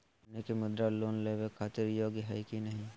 हमनी के मुद्रा लोन लेवे खातीर योग्य हई की नही?